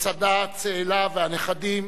מצדה, צאלה והנכדים,